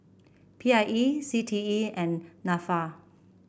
P I E C T E and NAFA